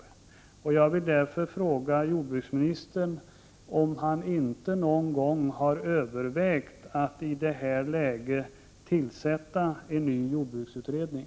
Jag vill därför fråga jordbruksministern om han inte någon gång har övervägt att i det här läget tillsätta en ny jordbruksutredning.